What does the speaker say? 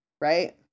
Right